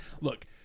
Look